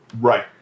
Right